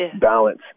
balance